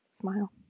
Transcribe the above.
smile